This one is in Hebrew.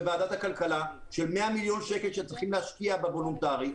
בוועדת הכלכלה של 100 מיליון שקל שצריכים להשקיע במכלים הוולונטריים.